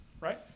Right